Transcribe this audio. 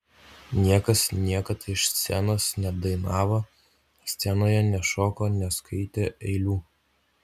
niekas niekad iš scenos nedainavo scenoje nešoko neskaitė eilių